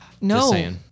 No